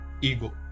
ego